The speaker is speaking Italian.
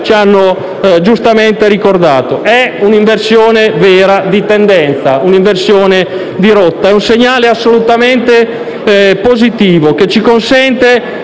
ci hanno giustamente ricordato. È un'inversione vera di tendenza, un'inversione di rotta. È un segnale assolutamente positivo che ci consente